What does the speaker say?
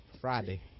Friday